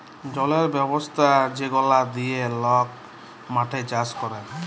জলের ব্যবস্থা যেগলা দিঁয়ে লক মাঠে চাষ ক্যরে